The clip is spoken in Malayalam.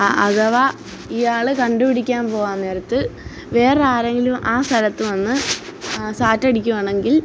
അഥവാ ഇയാള് കണ്ടുപിടിക്കാന് പോവാന് നേരത്ത് വേറെ ആരെങ്കിലും ആ സ്ഥലത്ത് വന്ന് സാറ്റടിക്കുവാണെങ്കിൽ